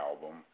album